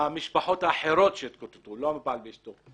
המשפחות האחרות התקוטטו ולא הבעל ואשתו.